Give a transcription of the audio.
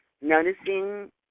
noticing